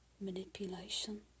manipulation